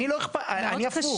אני הפוך.